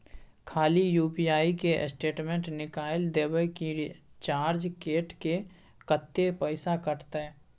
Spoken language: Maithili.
खाली यु.पी.आई के स्टेटमेंट निकाइल देबे की चार्ज कैट के, कत्ते पैसा कटते?